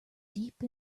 deep